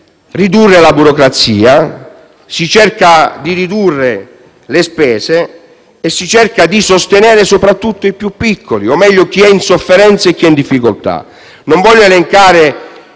ridurre la burocrazia e le spese e si cerca di sostenere soprattutto i più piccoli o, meglio, chi è in sofferenza e in difficoltà.